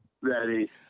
Ready